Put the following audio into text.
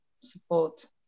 support